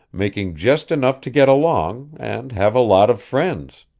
making just enough to get along, and have a lot of friends.